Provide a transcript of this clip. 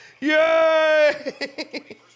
Yay